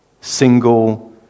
single